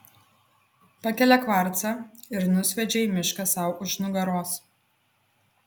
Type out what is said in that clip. pakelia kvarcą ir nusviedžia į mišką sau už nugaros